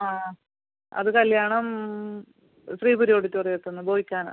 ആ അത് കല്ല്യാണം ശ്രീപുരം ഓഡിറ്റോറിയത്തിൽനിന്ന് ബോവിക്കാനം